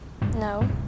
No